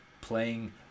playing